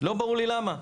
לא ברור לי למה.